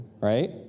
right